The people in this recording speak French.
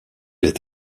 est